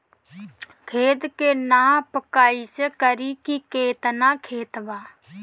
खेत के नाप कइसे करी की केतना खेत बा?